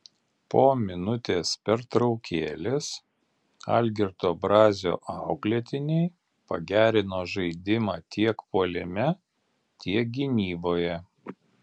po minutės pertraukėlės algirdo brazio auklėtiniai pagerino žaidimą tiek puolime tiek gynyboje